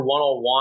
101